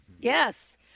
Yes